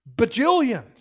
bajillions